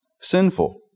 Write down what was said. sinful